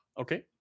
Okay